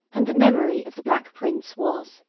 and the memory of the black prince was,